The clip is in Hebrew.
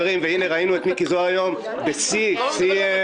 ראינו פה את מיקי זוהר היום בשיא של